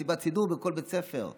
מסיבת סידור בכל בית ספר?